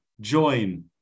join